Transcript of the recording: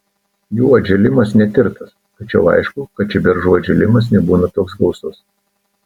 jų atžėlimas netirtas tačiau aišku kad čia beržų atžėlimas nebūna toks gausus